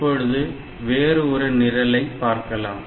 இப்பொழுது வேறு ஒரு நிரலை பார்க்கலாம்